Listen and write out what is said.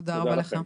תודה לכם.